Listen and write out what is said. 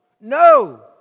no